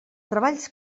treballs